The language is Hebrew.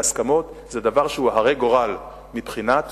להסכמות זה דבר שהוא הרה-גורל מבחינת